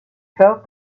felt